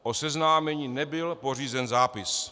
O seznámení nebyl pořízen zápis.